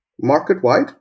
market-wide